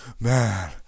man